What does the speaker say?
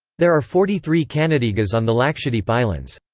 there are forty three kannadigas on the lakshadweep islands.